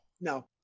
no